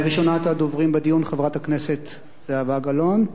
ראשונת הדוברים בדיון, חברת הכנסת זהבה גלאון.